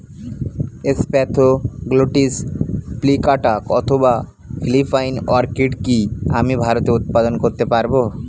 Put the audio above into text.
Spathoglottis plicata অথবা Philippine orchid কি আমি ভারতে উৎপাদন করতে পারবো?